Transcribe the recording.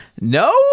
No